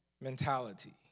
mentality